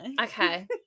okay